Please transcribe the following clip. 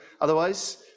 Otherwise